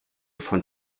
von